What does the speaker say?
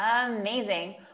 Amazing